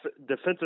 defensive